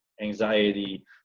Anxiety